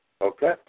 Okay